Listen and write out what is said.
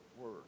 word